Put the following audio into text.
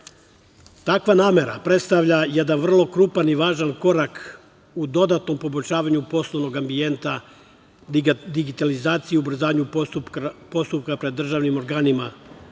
namera predstavlja jedan vrlo krupan i važan korak u dodatnom poboljšavanju poslovnog ambijenta digitalizacije i ubrzanju postupka pred državnim organima,